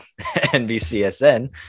NBCSN